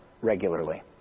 regularly